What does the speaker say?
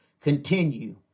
continue